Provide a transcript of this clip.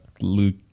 Luke